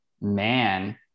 man